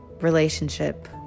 relationship